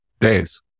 days